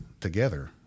together